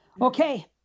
Okay